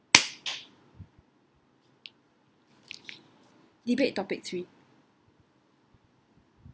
debate topic three